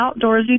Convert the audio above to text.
outdoorsy